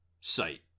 site